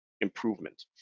improvement